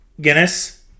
Guinness